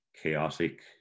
chaotic